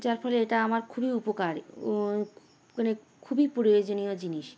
যার ফলে এটা আমার খুবই উপকার মানে খুবই প্রয়োজনীয় জিনিস